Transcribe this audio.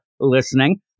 listening